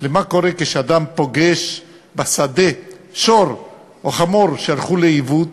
במה שקורה כשאדם פוגש בשדה שור או חמור שהלכו לאיבוד,